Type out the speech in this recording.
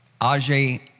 Ajay